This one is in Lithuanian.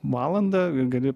valandą gali